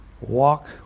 walk